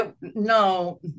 No